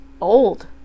old